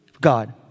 God